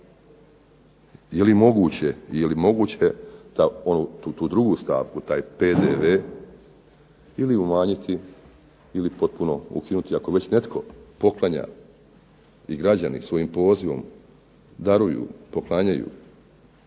je li moguće da tu drugu stavku, taj PDV ili umanjiti ili potpuno ukinuti? Ako već netko poklanja i građani svojim pozivom daruju, poklanjaju